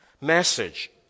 message